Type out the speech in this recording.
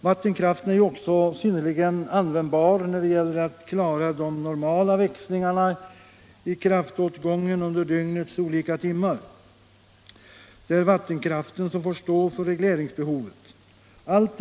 Vattenkraften är också synnerligen användbar när det gäller att klara de normala växlingarna i kraftåtgången under dygnets olika timmar. Det är vattenkraften som får stå för regleringsbehovet.